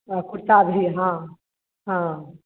और कुर्ता भी हाँ हाँ